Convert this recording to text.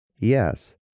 Yes